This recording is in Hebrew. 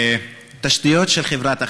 תשתיות של חברת החשמל,